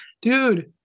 Dude